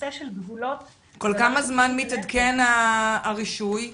כל כמה זמן מתעדכן הרישוי?